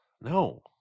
no